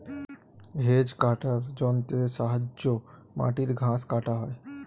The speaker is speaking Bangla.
হেজ কাটার যন্ত্রের সাহায্যে মাটির ঘাস কাটা হয়